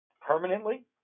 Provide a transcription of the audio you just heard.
permanently